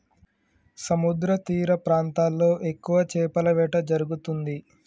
సముద్రతీర ప్రాంతాల్లో ఎక్కువ చేపల వేట జరుగుతుంది